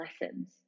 lessons